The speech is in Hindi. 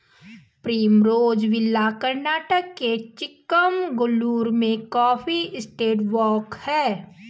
प्रिमरोज़ विला कर्नाटक के चिकमगलूर में कॉफी एस्टेट वॉक हैं